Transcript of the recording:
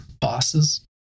bosses